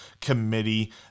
committee